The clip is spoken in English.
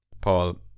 Paul